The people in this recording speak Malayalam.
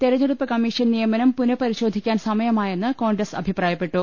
തെരഞ്ഞെടുപ്പ് കമ്മീഷൻ നിയമനം പുനഃപരിശോധിക്കാൻ സമയമായെന്ന് കോൺഗ്രസ് അഭിപ്രായപ്പെട്ടു